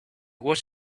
was